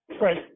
Right